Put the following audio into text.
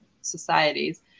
societies